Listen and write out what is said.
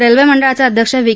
railway मंडळाचे अध्यक्ष V